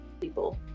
people